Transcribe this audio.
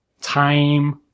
time